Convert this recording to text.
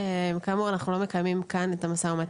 כמובן שאנחנו לא מקיימים כאן את המו"מ,